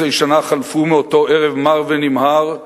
15 שנה חלפו מאותו ערב מר ונמהר,